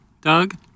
Doug